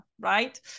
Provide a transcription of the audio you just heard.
right